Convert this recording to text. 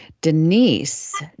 Denise